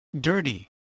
dirty